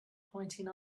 pointing